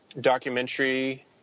documentary